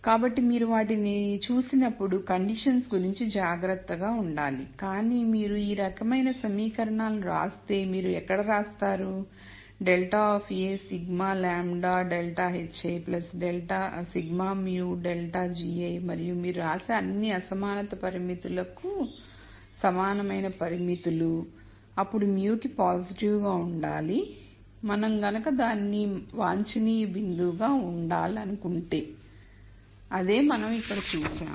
కాబట్టి మీరు వాటిని చూసినప్పుడు కండిషన్ గురించి జాగ్రత్తగా ఉండాలి కానీ మీరు ఈ రకమైన సమీకరణాలను వ్రాస్తే మీరు ఎక్కడ వ్రాస్తారు ∇ of a σ λ ∇ hi σ μ ∇ gi మరియు మీరు అన్నీ వ్రాస్తే అసమానత పరిమితులకు సమానమైన పరిమితులు అప్పుడు μ s పాజిటివ్ గా ఉండాలి మనం కనుక దానిని వాంఛనీయ బిందువుగా ఉండాలనుకుంటే అదే మనం ఇక్కడ చూసాము